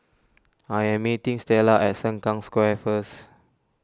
I am meeting Stella at Sengkang Square first